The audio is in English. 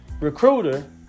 recruiter